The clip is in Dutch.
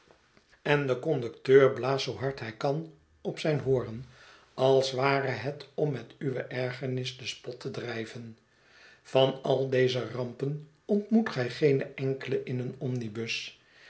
en de conducteur blaast zoo hard hij kan op zijn hoorn als ware het om met uwe erger nis den spot te drijven van al deze rampen ontmoet gij geene enkele in een omnibus